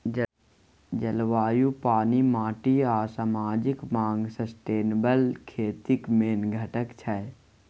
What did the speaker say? जलबायु, पानि, माटि आ समाजिक माँग सस्टेनेबल खेतीक मेन घटक छै